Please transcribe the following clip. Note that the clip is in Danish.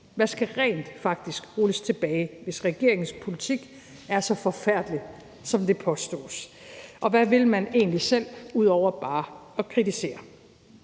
Hvad skal rent faktisk rulles tilbage, hvis regeringens politik er så forfærdelig, som det påstås? Og hvad vil man egentlig selv ud over bare at kritisere?